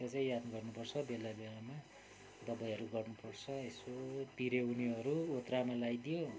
त्यो चाहिँ याद गर्नुपर्छ बेला बेलामा दबाईहरू गर्नुपर्छ यसो पिरे उनिउँहरू ओथ्रामा लगाइदियो